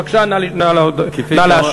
בבקשה, נא להשיב.